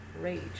rage